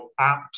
apps